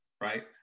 right